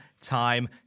time